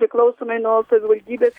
priklausomai nuo savivaldybės